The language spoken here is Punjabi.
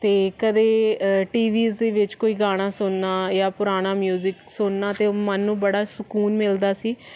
ਅਤੇ ਕਦੇ ਟੀਵੀਸ ਦੇ ਵਿੱਚ ਕੋਈ ਗਾਣਾ ਸੁਣਨਾ ਜਾਂ ਪੁਰਾਣਾ ਮਿਊਜਿਕ ਸੁਣਨਾ ਅਤੇ ਉਹ ਮਨ ਨੂੰ ਬੜਾ ਸਕੂਨ ਮਿਲਦਾ ਸੀ